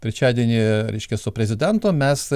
trečiadienį reiškia su prezidentu mes